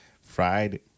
Fried